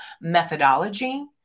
methodology